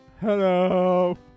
Hello